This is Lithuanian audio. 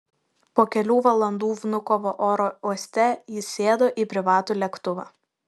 po kelių valandų vnukovo oro uoste jis sėdo į privatų lėktuvą